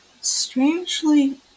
Strangely